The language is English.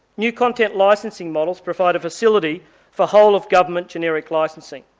new content licensing models provide a facility for whole-of-government generic licensing.